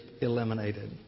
eliminated